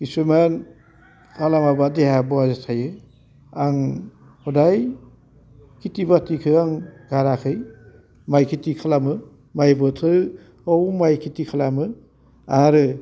खिसुमान खालामाबा देहाया बया थायो आं हदाय खेथि बाथिखौ आं गाराखै माइ खेथि खालामो माइ बोथोराव माइ खेथि खालामो आरो